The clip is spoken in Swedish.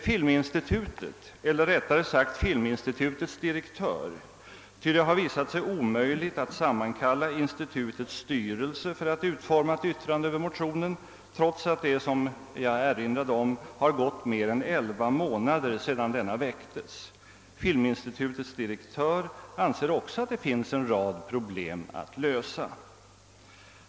Filminstitutet, eller rättare sagt filminstitutets direktör — ty det har visat sig omöjligt att sammankalla institutets styrelse för att utforma ett yttrande över motionen, trots att det gått mer än 11 månader sedan denna väcktes — anser också att det finns en rad problem att lösa.